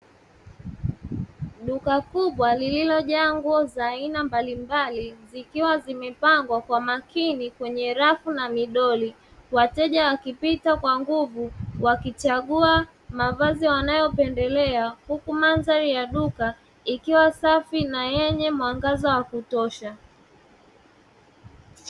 Duka kubwa lililojaa bidhaa za aina mbalimbali zikiwa zimeapngwa kwa makini kwenye rafu na midoli, wateja wakipita kwa nguvu wakichagua mavazi wanayopendelea, huku mandhari ya duka ikiwa safi na yenye mwangaza wa kutosha.